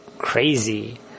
crazy